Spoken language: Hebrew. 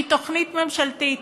היא תוכנית ממשלתית,